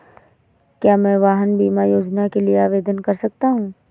क्या मैं वाहन बीमा योजना के लिए आवेदन कर सकता हूँ?